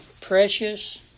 precious